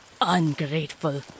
ungrateful